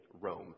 Rome